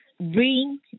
bring